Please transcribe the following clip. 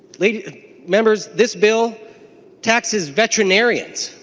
like members this bill taxes veterinarians.